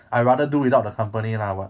I rather do without the company lah but